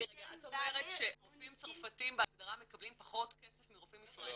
את אומרת שרופאים צרפתים בהגדרה מקבלים פחות כסף מרופאים ישראליים?